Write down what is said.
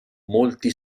molti